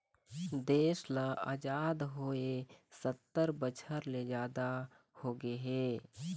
देश ल अजाद होवे सत्तर बछर ले जादा होगे हे